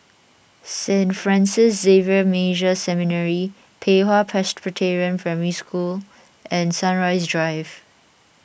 Saint Francis Xavier Major Seminary Pei Hwa Presbyterian Primary School and Sunrise Drive